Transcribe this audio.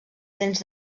dents